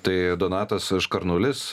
tai donatas škarnulis